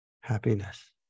happiness